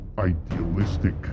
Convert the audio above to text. Idealistic